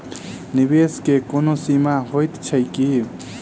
निवेश केँ कोनो सीमा होइत छैक की?